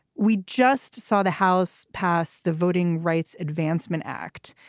we just saw the house pass the voting rights advancement act.